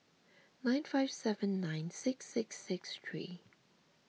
nine five seven nine six six six three